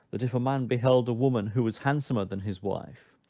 that if a man beheld a woman who was handsomer than his wife,